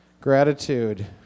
gratitude